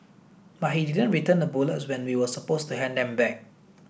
but he didn't return the bullets when we were supposed to hand them back